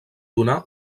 donar